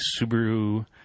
Subaru